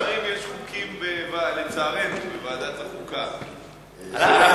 לא לכל השרים יש חוקים בוועדת החוקה, לצערנו.